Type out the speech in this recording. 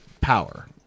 power